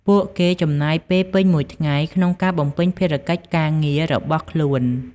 ពួកគេចំណាយពេលពេញមួយថ្ងៃក្នុងការបំពេញភារកិច្ចការងាររបស់ខ្លួន។